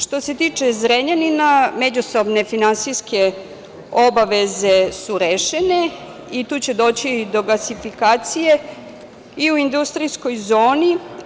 Što se tiče Zrenjanina, međusobne finansijske obaveze su rešene i tu će doći do gasifikacije i u industrijskoj zoni.